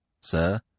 Sir